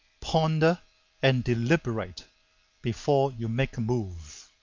ponder and deliberate before you make a move.